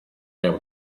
able